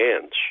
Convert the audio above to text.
hands